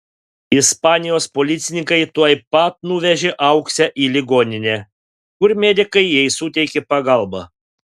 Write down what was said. ispanijos policininkai tuoj pat nuvežė auksę į ligoninę kur medikai jai suteikė pagalbą